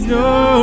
no